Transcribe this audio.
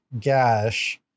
Gash